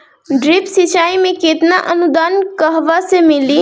Drip सिंचाई मे केतना अनुदान कहवा से मिली?